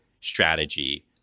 strategy